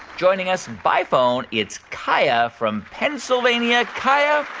joining us by phone, it's kaia from pennsylvania. kaia,